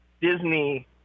Disney